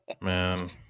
Man